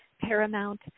Paramount